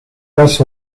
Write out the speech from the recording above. passe